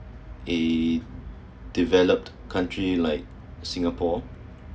a developed country like singapore